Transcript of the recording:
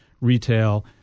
retail